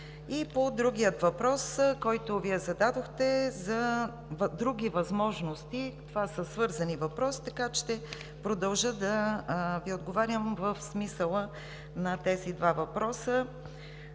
По другия въпрос, който Вие зададохте, за други възможности – това са свързани въпроси, така че ще продължа да Ви отговарям в смисъла на тези два въпроса.